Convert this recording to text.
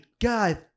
God